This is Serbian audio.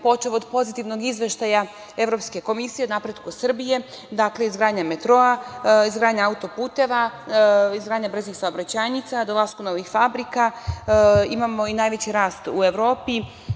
počev od pozitivnog izveštaja Evropske komisije o napretku Srbije, dakle, izgradnja metroa, izgradnja autoputeva, izgradnja brzih saobraćajnica, dolazak novih fabrika, imamo i najveći rast u Evropi,